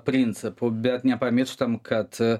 principo bet nepamirštam kad